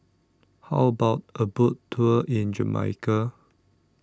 How about A Boat Tour in Jamaica